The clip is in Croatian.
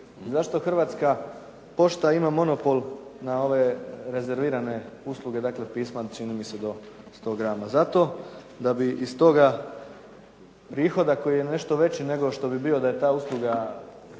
Zašto pošta ima monopol na one rezervirane usluge, dakle pisma čini mi se pisma do 100 grama? Zato da bi iz toga prihoda koji je nešto veći nego što bi bio da je ta usluga